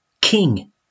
King